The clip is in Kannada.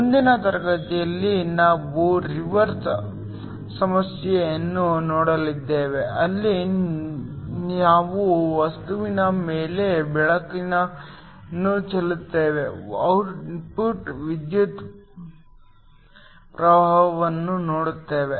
ಮುಂದಿನ ತರಗತಿಯಲ್ಲಿ ನಾವು ರಿವರ್ಸ್ ಸಮಸ್ಯೆಯನ್ನು ನೋಡಲಿದ್ದೇವೆ ಅಲ್ಲಿ ನಾವು ವಸ್ತುವಿನ ಮೇಲೆ ಬೆಳಕು ಚೆಲ್ಲುತ್ತೇವೆ ಮತ್ತು ಔಟ್ಪುಟ್ ವಿದ್ಯುತ್ ಪ್ರವಾಹವನ್ನು ನೋಡುತ್ತೇವೆ